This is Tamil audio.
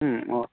ம் ஓ